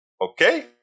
okay